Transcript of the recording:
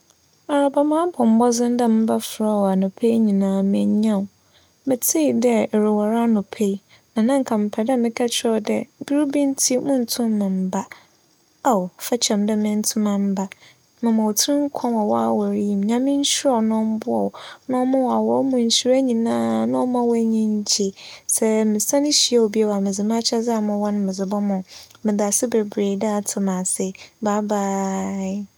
Araba mabͻ mbͻdzen dɛ mebɛfrɛ wo anapa yi nyinara minnya wo. Metsee dɛ erowar anapa yi na nna mepɛ dɛ mekakyerɛ wo dɛ biribi ntsi munntum mmba. Ao, fakyɛ me dɛ menntum ammba. Mema wo tsir nkwa wͻ w'awar yi mu. Nyame nhyira wo na ͻmboa wo na ͻma wo awar mu nhyira nyinaa na ͻmma w'enyi ngye. Sɛ mesan hyia wo bio a, medze m'akyɛdze a mowͻ no medze bɛba wo. Meda ase beberee dɛ atse me ase, bye byee.